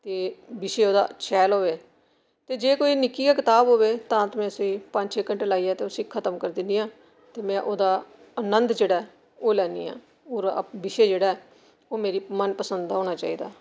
ते विशे ओह्दा शैल होवे ते जेह् कोई निक्की जनेही कताब होवे तां ते में उसी पंज छे घंटे लाइयै ते उसी खतम करी दिनियां ते में ओह्दा आनंद जेह्ड़ा ऐ ओह् लैनियां पूरा बिशे जेह्ड़ा ऐ ओह् मेरी मन पसंद दा होना चाहिदा